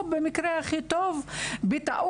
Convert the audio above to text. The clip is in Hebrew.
או במקרה הכי טוב בטעות,